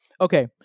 Okay